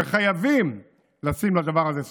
וחייבים לשים לדבר הזה סוף.